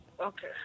okay